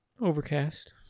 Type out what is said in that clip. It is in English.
Overcast